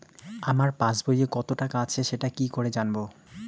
আমার পাসবইয়ে কত টাকা আছে সেটা কি করে জানবো?